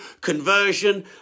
conversion